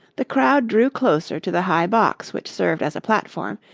the crowd drew closer to the high box which served as a platform,